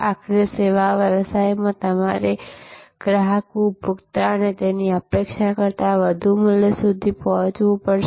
આખરે સેવા વ્યવસાયમાં તમારે ગ્રાહક ઉપભોક્તા તેમની અપેક્ષા કરતાં વધુ મૂલ્ય સુધી પહોંચાડવું પડશે